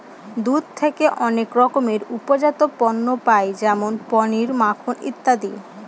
দুধ থেকে অনেক রকমের উপজাত পণ্য পায় যেমন পনির, মাখন ইত্যাদি